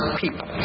people